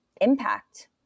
impact